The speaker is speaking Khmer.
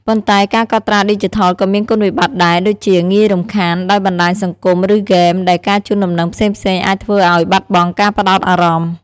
ប៉ុន្តែការកត់ត្រាឌីជីថលក៏មានគុណវិបត្តិដែរ ដូចជា ងាយរំខាន ដោយបណ្ដាញសង្គមឬហ្គេម ដែលការជូនដំណឹងផ្សេងៗអាចធ្វើឱ្យបាត់បង់ការផ្ដោតអារម្មណ៍។